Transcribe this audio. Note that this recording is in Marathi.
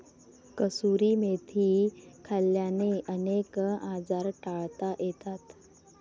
कसुरी मेथी खाल्ल्याने अनेक आजार टाळता येतात